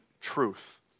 truth